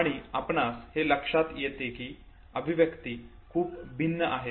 आणि आपणास हे लक्षात येते की अभिव्यक्ती खूप भिन्न आहेत